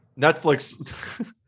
netflix